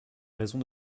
raison